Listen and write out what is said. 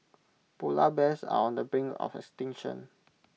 Polar Bears are on the brink of extinction